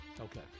Okay